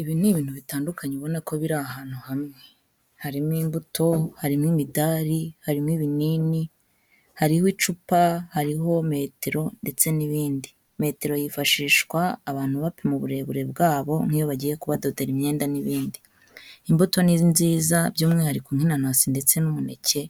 Ibi ni ibintu bitandukanye ubona ko biri ahantu hamwe. Harimo imbuto, harimo imidari, harimo ibinini, hariho icupa, hariho metero ndetse n'ibindi. Metero yifashishwa abantu bapima uburebure bwabo nk'iyo bagiye kubadodara imyenda n'ibindi. Imbuto ni nziza by'umwihariko nk'inanasi ndetse n'umuneke,